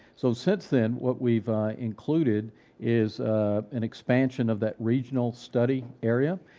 so since then, what we've included is an expansion of that regional study area.